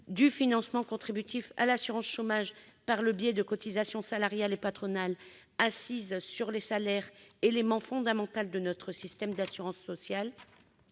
du financement contributif à l'assurance chômage par le biais de cotisations salariales et patronales assises sur les salaires, élément fondamental de notre système d'assurance sociale,